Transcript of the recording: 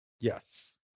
Yes